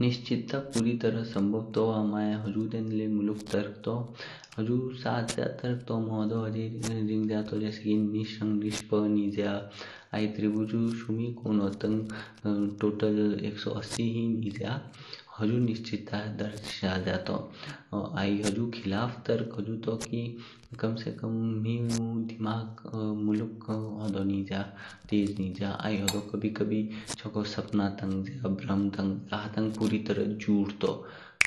निश्चिता पुरी तरह संभव तोआ माय हुझु देन ल्य मुळुक तर्क तू। हुझु साथ ज्य तर्क तू मम होदो ह्जे रिंग्ज्य जैसे की नीश रंग नीश पह नि्ज्या आइ त्रिभुजु शुमि कोनो तंग टोटल एक सौ अस्सी ही नि्ज्या, हुझु निश्चिता दृश्याजा तोह। आइ हुझु खिलाफ़ तर्क तू की कम से कम मेउ दिमाग मुळुक होदो नि्ज्या तेज नि्ज्या आइ होदो कभी कभी चगो सपना तंग्ज्य, ब्रह्म तंग्ज्य हतं पुरी तरह झुठ